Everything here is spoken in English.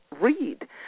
read